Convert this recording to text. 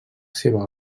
seva